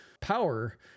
power